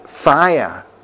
Fire